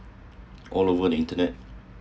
all over the internet